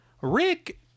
Rick